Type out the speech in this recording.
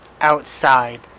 outside